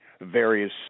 various